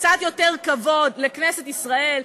קצת יותר כבוד לכנסת ישראל,